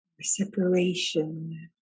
separation